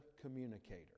communicator